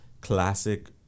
classic